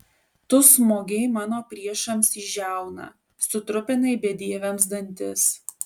tu smogei mano priešams į žiauną sutrupinai bedieviams dantis